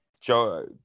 Joe